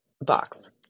box